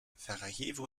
sarajevo